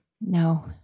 No